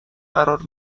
قرار